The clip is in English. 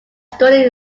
studied